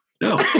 No